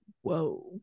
Whoa